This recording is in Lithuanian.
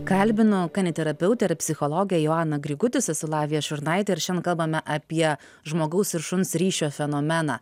kalbinu kaniterapeutę ir psichologę joaną grigutis esu lavija šurnaitė ir šian kalbame apie žmogaus ir šuns ryšio fenomeną